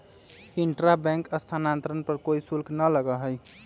intra bank स्थानांतरण पर कोई शुल्क ना लगा हई